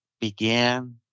Began